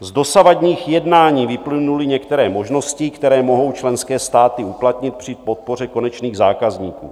Z dosavadních jednání vyplynuly některé možnosti, které mohou členské státy uplatnit při podpoře konečných zákazníků.